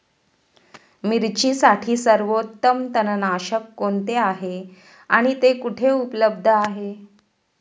मिरचीसाठी सर्वोत्तम तणनाशक कोणते आहे आणि ते कुठे उपलब्ध आहे?